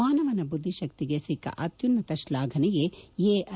ಮಾನವನ ಬುದ್ದಿಶಕ್ತಿಗೆ ಸಿಕ್ಕ ಅತ್ಯುನ್ನತ ಶ್ಲಾಘನೆಯೇ ಎಐ